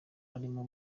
arimo